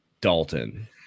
Dalton